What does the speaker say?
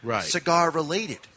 cigar-related